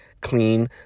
clean